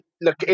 Look